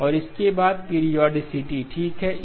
और उसके बाद पीरियोडीसिटी ठीक है